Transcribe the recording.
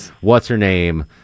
what's-her-name